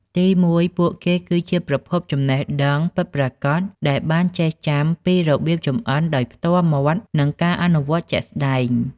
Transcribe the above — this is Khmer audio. ទីមួយ ពួកគេគឺជា ប្រភពចំណេះដឹងពិតប្រាកដ ដែលបានចេះចាំពីរបៀបចម្អិនដោយផ្ទាល់មាត់និងការអនុវត្តន៍ជាក់ស្តែង។